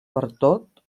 pertot